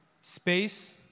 space